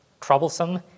troublesome